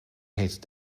heet